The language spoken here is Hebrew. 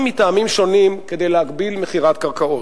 מטעמים שונים להגביל מכירת קרקעות,